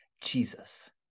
Jesus